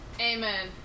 Amen